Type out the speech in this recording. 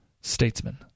statesman